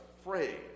afraid